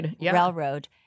railroad